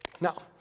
Now